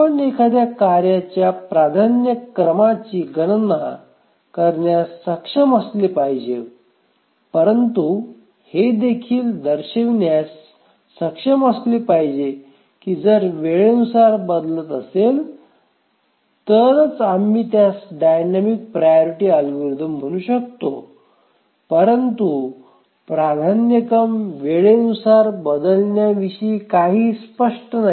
आपण एखाद्या कार्याच्या प्राधान्यक्रमाची गणना करण्यास सक्षम असले पाहिजे परंतु हे देखील दर्शविण्यास सक्षम असले पाहिजे की जर ते वेळेनुसार बदलत असेल तरच आम्ही त्यास डायनॅमिक प्रायॉरीटी अल्गोरिदम म्हणू शकतो परंतु प्राधान्यक्रम वेळेनुसार बदलण्याविषयी काहीही स्पष्ट नाही